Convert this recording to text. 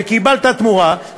וקיבלת תמורה,